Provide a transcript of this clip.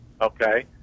Okay